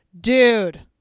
dude